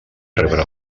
rebre